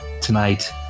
tonight